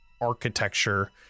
architecture